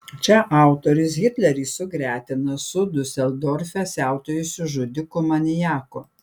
čia autorius hitlerį sugretina su diuseldorfe siautėjusiu žudiku maniaku